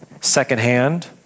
secondhand